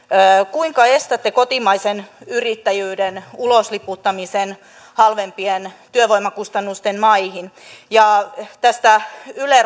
kuinka estätte kotimaisen yrittäjyyden ulosliputtamisen halvempien työvoimakustannusten maihin ja tästä yle